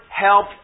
help